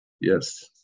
yes